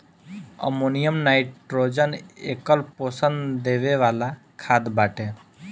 ammonium nitrogen एकल पोषण देवे वाला खाद बाटे